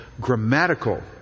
grammatical